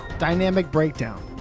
dynamic breakdown!